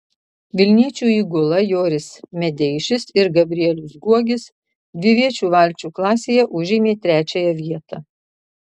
vilniečių įgula joris medeišis ir gabrielius guogis dviviečių valčių klasėje užėmė trečiąją vietą